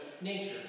nature